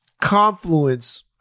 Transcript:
confluence –